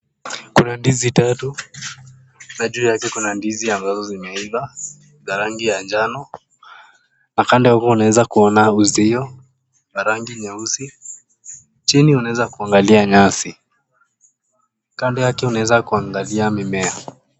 Kuna ndizi tatu na juu yake kuna ndizi ambazo zimeiva za rangi ya njano, na upande huu unawezo kuona uzio ya rangi nyeusi, chini unaweza kuangalia nyasi ,kando yake unaweza kuangalia mimea.